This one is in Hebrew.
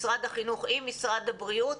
משרד החינוך עם משרד הבריאות,